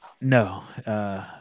No